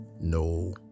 No